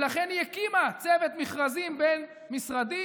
ולכן היא הקימה צוות מכרזים בין-משרדי,